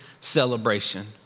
celebration